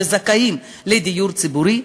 שזכאים לדיור ציבורי.